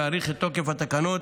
ולהאריך את תוקף התקנות